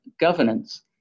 governance